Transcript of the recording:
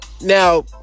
Now